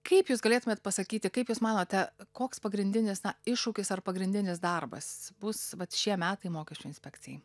kaip jūs galėtumėt pasakyti kaip jūs manote koks pagrindinis iššūkis ar pagrindinis darbas bus šie metai mokesčių inspekcijai